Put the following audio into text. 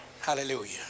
Hallelujah